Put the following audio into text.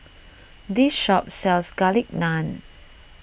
this shop sells Garlic Naan